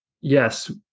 yes